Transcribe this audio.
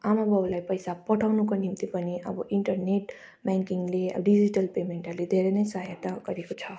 आमा बाउलाई पैसा पठाउनको निम्ति पनि अब इन्टरनेट ब्याङ्किङले अब डिजिटल पेमेन्टहरूले धेरै नै सहायता गरेको छ